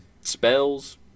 spells